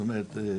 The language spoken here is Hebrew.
זאת אומרת,